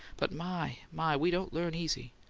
but, my, my! we don't learn easy!